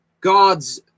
God's